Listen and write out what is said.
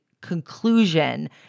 conclusion